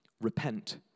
repent